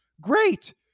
Great